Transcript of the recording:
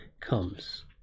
comes